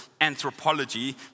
anthropology